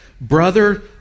Brother